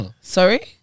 Sorry